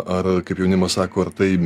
ar kaip jaunimas sako ar tai